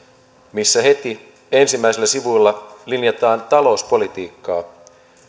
missä heti ensimmäisillä sivuilla linjataan talouspolitiikkaa